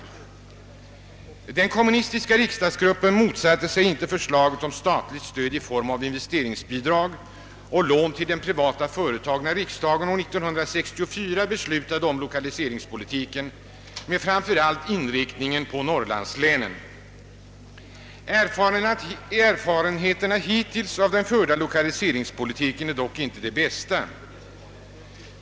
Den kommunistiska riksdagsgruppen motsatte sig inte förslaget om statligt stöd i form av investeringsbidrag och lån till privata företag, då riksdagen år 1964 fattade beslutet om Erfarenheterna hittills av den förda lokaliseringspolitiken är dock inte de bästa.